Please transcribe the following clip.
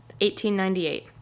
1898